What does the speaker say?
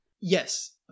Yes